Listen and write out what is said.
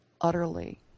utterly